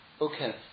Okay